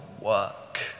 work